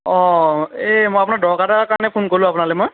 অঁ এই মই আপোনাক দৰকাৰ এটাৰ কাৰণে ফোন কৰিলোঁ আপোনালৈ মই